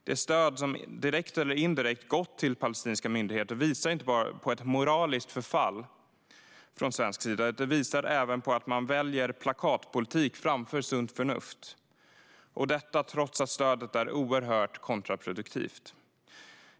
Det stöd som direkt eller indirekt har gått till palestinska myndigheter visar inte bara på ett moraliskt förfall från svensk sida, utan det visar även på att man väljer plakatpolitik framför sunt förnuft - detta trots att stödet är oerhört kontraproduktivt.